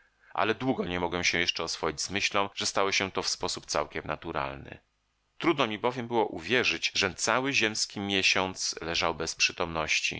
ale długo nie mogłem się jeszcze oswoić z myślą że stało się to w sposób całkiem naturalny trudno mi bowiem było uwierzyć żem cały ziemski miesiąc leżał bez przytomności